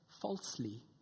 falsely